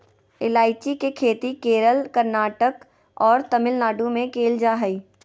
ईलायची के खेती केरल, कर्नाटक और तमिलनाडु में कैल जा हइ